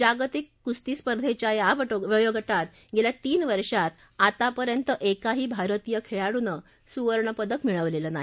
जागतिक कुस्ती स्पर्धेच्या या वयोग ित गेल्या तीन वर्षात आतापर्यंत एकही भारतीय खेळाडूनं सुवर्णपदक मिळवलेलं नाही